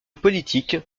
politique